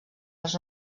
als